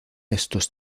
estos